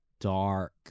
dark